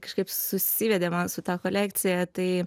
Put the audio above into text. kažkaip susivedė man su ta kolekcija tai